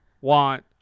want